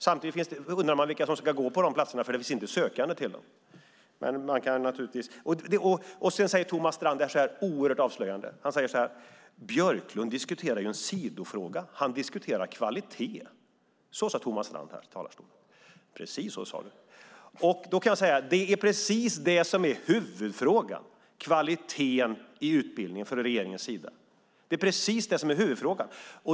Samtidigt undrar man vilka som ska gå på de platserna, för det finns inte sökande till dem. Thomas Strand sade något som är oerhört avslöjande: Björklund diskuterar en sidofråga - han diskuterar kvalitet. Det sade Thomas Strand här i talarstolen. Då kan jag säga att det är precis det som är huvudfrågan för regeringen: kvaliteten i utbildningen.